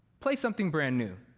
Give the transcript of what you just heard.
play something brand new.